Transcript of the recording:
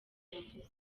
yavuze